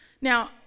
Now